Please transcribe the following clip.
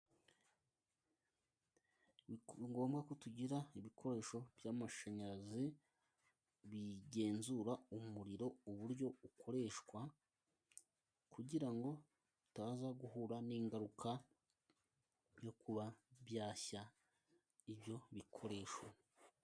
Ni ngombwa ko tugira ibikoresho by'amashanyarazi bigenzura umuriro uburyo ukoreshwa, kugira ngo tutaza guhura n'ingaruka byo kuba byashya ibyo bikoresho.